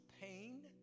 pain